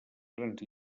grans